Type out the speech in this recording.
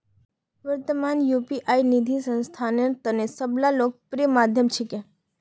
वर्त्तमानत यू.पी.आई निधि स्थानांतनेर सब स लोकप्रिय माध्यम छिके